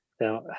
Now